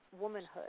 womanhood